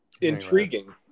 Intriguing